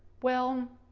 well,